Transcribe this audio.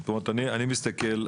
אני פותח את ישיבת הוועדה,